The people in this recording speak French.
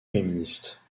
féministe